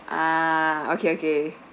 ah okay okay